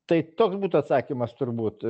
tai toks būtų atsakymas turbūt